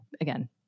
again